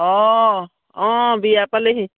অঁ অঁ বিয়া পালেহি